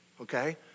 okay